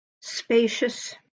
spacious